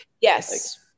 Yes